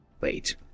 Wait